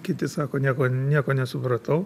kiti sako nieko nieko nesupratau